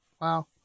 Wow